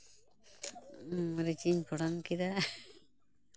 ᱢᱟᱨᱤᱪ ᱤᱧ ᱯᱷᱳᱲᱟᱱ ᱠᱮᱫᱟ